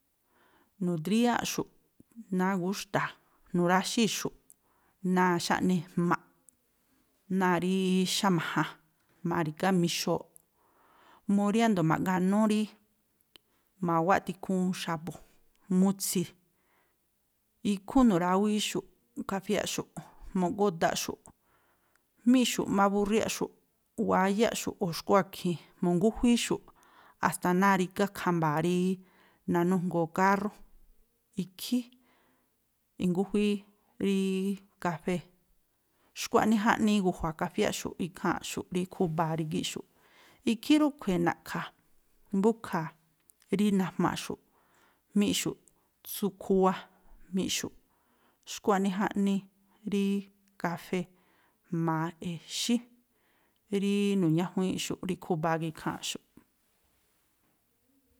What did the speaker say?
Nu̱dríyáa̱ꞌxu̱ꞌ náa̱ gúxta̱a̱, nu̱ráxíi̱xu̱ꞌ náa̱ xáꞌni jma̱ꞌ, náa̱ ríí xáma̱jan, ma̱ri̱gá mixooꞌ, mu riándo̱ ma̱ꞌganú rí ma̱wáꞌ tikhuun xa̱bu̱, mutsi̱, ikhú nu̱ráwííxu̱ꞌ kafiáꞌxu̱ꞌ mu̱ꞌgúdáꞌxu̱ꞌ jmíꞌxu̱ꞌ má búrriáꞌxu̱, wáyáꞌxu̱ꞌ o̱ xkú a̱khi̱in, mu̱ngújuííxu̱ꞌ a̱sta̱ náa̱ rígá khamba̱a̱ rí nanújngoo kárrú, ikhí i̱ngújuíí ríí kafée̱. Xkua̱ꞌnii jaꞌnii i̱gu̱jua̱ kafiáꞌxu̱ꞌ ikháa̱nꞌxu̱ꞌ rí khúba̱a rígíꞌxu̱ꞌ. Ikhí rúꞌkhui̱ na̱ꞌkha̱ mbúkha̱a̱ rí najma̱ꞌxu̱ꞌ jmíꞌxu̱ꞌ tsú khúwá jmíꞌxu̱ꞌ. Xkua̱ꞌnii jaꞌnii rí kafée̱, jma̱a exí rí nu̱ñájuíínꞌxu̱ꞌ rí khúba̱a gii̱ ikháa̱nꞌxu̱ꞌ.